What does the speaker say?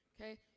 Okay